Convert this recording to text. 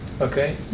okay